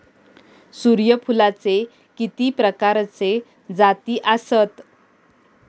सूर्यफूलाचे किती प्रकारचे जाती आसत?